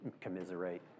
commiserate